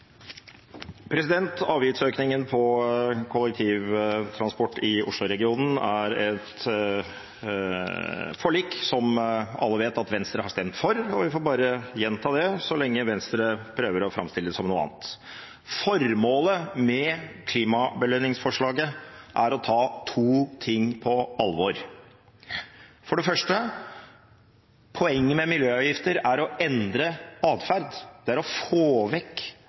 Avgiftsøkningen på kollektivtransport i Oslo-regionen er et forlik som alle vet at Venstre har stemt for, og vi får bare gjenta det så lenge Venstre prøver å framstille det som noe annet. Formålet med klimabelønningsforslaget er å ta to ting på alvor. For det første: Poenget med miljøavgifter er å endre adferd. Det er å få vekk